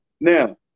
now